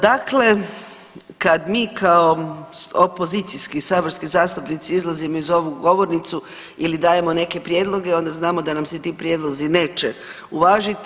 Dakle, kad mi kao opozicijski saborski zastupnici izlazimo za ovu govornicu ili dajemo neke prijedloge onda znamo da nam se ti prijedlozi neće uvažiti.